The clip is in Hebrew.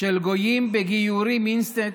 של גויים בגיורים אינסטנט,